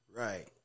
right